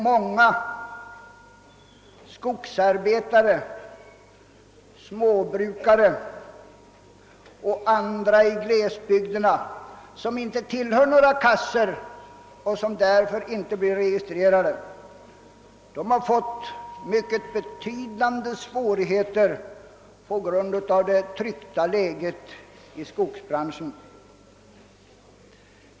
Många skogsarbetare, småbrukare och andra människor i glesbygderna, vilka inte tillhör några kassor och därför inte blir registrerade, har också fått betydande svårigheter på grund av det tryckta läget i skogsbranschen.